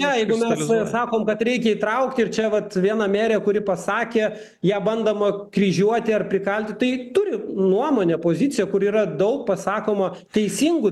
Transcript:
jeigu mes sa sakom kad reikia įtraukti ir čia vat viena merė kuri pasakė ją bandoma kryžiuoti ar prikalti tai turi nuomonę poziciją kur yra daug pasakoma teisingų